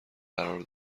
قرار